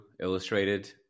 illustrated